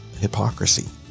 hypocrisy